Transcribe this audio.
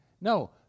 no